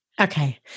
Okay